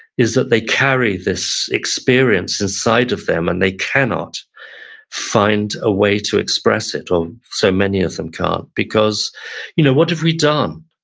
is that they carry this experience inside of them, and they cannot find a way to express it, or so many of them can't because you know what have we done?